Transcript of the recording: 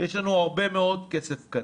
כנראה יש לנו הרבה מאוד כסף.